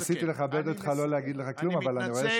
ניסיתי לכבד אותך ולא להגיד לך כלום, אבל אני צריך